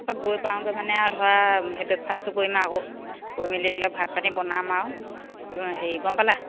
গৈ পাওঁগৈ মানে আৰু ধৰা ব্ৰেকফাষ্টটো কৰিম আৰু আকৌ কৰি মেলি বোলে ভাত পানী বনাম আৰু হেৰি গম পালা